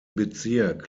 bezirk